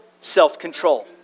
self-control